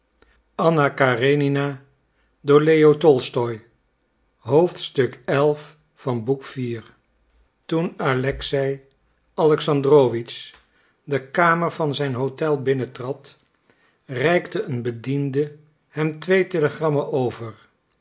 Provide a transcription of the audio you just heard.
alexei alexandrowitsch de kamer van zijn hotel binnentrad reikte een bediende hem twee telegrammen over